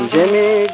Jimmy